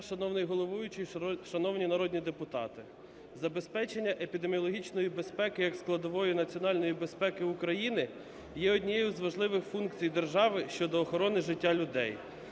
шановний головуючий, шановні народні депутати! Забезпечення епідеміологічної безпеки як складової національної безпеки України є однією з важливих функцій держави щодо охорони життя людей.